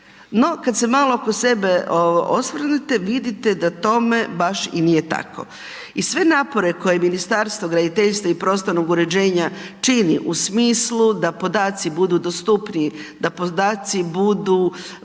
No kad se malo oko sebe osvrnete, vidite da tome baš i nije tako i sve napore koje Ministarstvo graditeljstva i prostornog uređenja čini u smislu da podaci budu dostupniji, da podaci budu